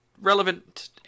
relevant